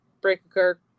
Breaker